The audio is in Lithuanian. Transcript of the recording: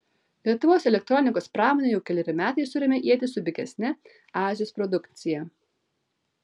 lietuvos elektronikos pramonė jau keleri metai suremia ietis su pigesne azijos produkcija